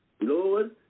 Lord